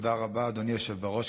תודה רבה, אדוני היושב-ראש.